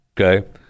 okay